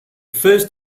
first